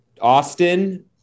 Austin